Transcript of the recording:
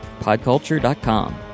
podculture.com